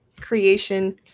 creation